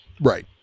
Right